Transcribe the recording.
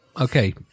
okay